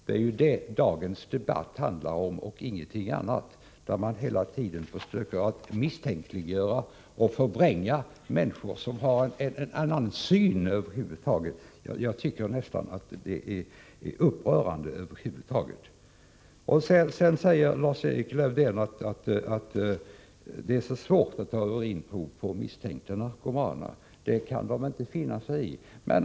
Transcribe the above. Det är ju detta dagens debatt handlar om — ingenting annat. Men man försöker hela tiden misstänkliggöra människor med annat synsätt och förvränga fakta. Det tycker jag är upprörande. Lars-Erik Lövdén säger att det är svårt att ta urinprov på misstänkta narkomaner — de kan inte finna sig i det.